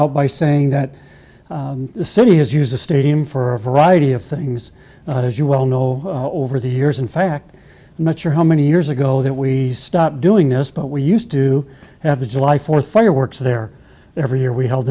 out by saying that the city has used the stadium for a variety of things as you well know over the years in fact not sure how many years ago that we stopped doing this but we used to have the july fourth fireworks there every year we held